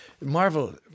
Marvel